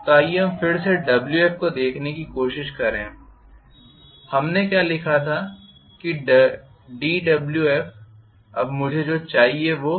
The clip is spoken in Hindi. तो आइए हम फिर से Wf को देखने की कोशिश करें कि हमने क्या लिखा था dWf अब मुझे जो चाहिए वो है Wf